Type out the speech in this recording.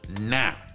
now